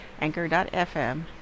anchor.fm